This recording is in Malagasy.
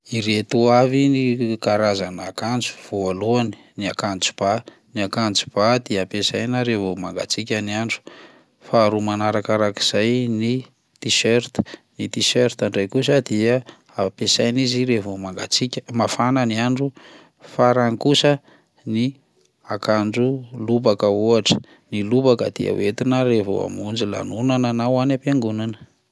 Ireto avy ny- ireo karazana akanjo: voalohany, ny akanjo ba, ny akanjo ba dia ampiasaina raha vao mangatsiaka ny andro; faharoa manarakarak'izay ny tiserta, ny tiserta indray kosa dia ampiasaina izy raha vao mangatsiaka- mafana ny andro farany kosa ny akanjo lobaka ohatra, ny lobaka dia hoentina raha vao hamonjy lanonana na ho any am-piangonana.